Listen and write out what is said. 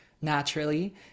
naturally